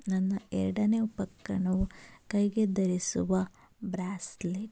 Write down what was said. ನನ್ನ ಎರಡನೇ ಉಪಕರಣವು ಕೈಗೆ ಧರಿಸುವ ಬ್ರ್ಯಾಸ್ಲೆಟ್